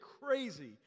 crazy